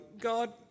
God